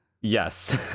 Yes